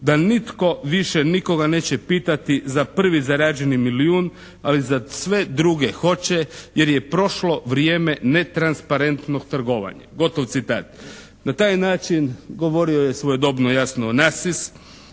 da "nitko više nikoga neće pitati za prvi zarađeni milijun ali za sve druge hoće jer je prošlo vrijeme netransparentnog trgovanja". Na taj način govorio je svojedobno jasno Onasis,